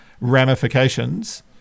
ramifications